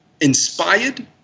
inspired